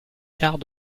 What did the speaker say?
quarts